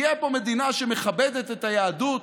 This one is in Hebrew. תהיה פה מדינה שמכבדת את היהדות,